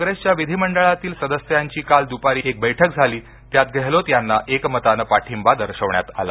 काँग्रेसच्या विधीमंडळातील सदस्यांची काल दुपारी एक बैठक झाली त्यात गहलोत यांना एकमतानं पाठिंबा दर्शविण्यात आला